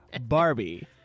Barbie